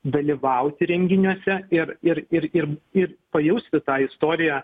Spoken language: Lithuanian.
dalyvauti renginiuose ir ir ir ir pajusti tą istoriją